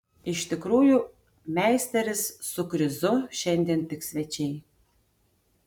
iš tikrųjų meisteris su krizu šiandien tik svečiai